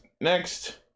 next